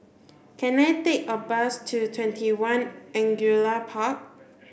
can I take a bus to TwentyOne Angullia Park